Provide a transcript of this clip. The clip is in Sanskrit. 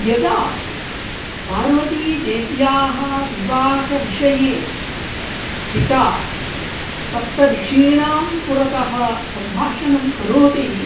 यदा पार्वतीदेव्याः विवाहविषये पिता सप्तऋषीणां पुरतः सम्भाषणं करोति